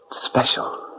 special